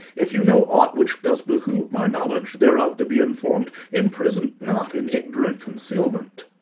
if you know aught which does behove my knowledge thereof to be inform'd, imprison't not in ignorant concealment.